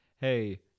hey